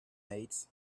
mate